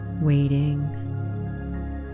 waiting